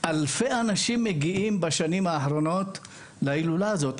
אלפי אנשים מגיעים בשנים האחרונות להילולה הזאת,